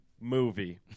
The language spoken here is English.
movie